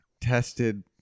tested